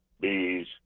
bees